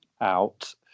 out